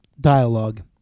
dialogue